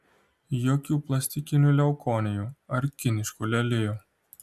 jokių plastikinių leukonijų ar kiniškų lelijų